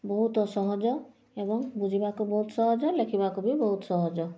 ବହୁତ ସହଜ ଏବଂ ବୁଝିବାକୁ ବହୁତ ସହଜ ଲେଖିବାକୁ ବି ବହୁତ ସହଜ